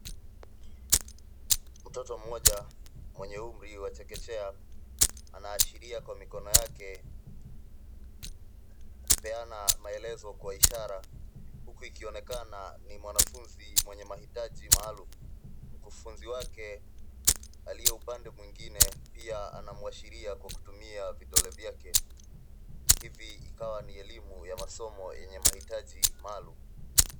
Mtoto mmoja mwenye umri wa chekechea anaashiria kwa mikono yake kupeana maelezo kwa ishara huku ikionekana ni mwanafunzi mwenye mahitaji maalum. Mkufunzi wake aliye upande mwingine pia anamashiria kwa kutumia vidole vyake. Hivi ikawa ni elimu ya masomo yenye mahitaji maalum.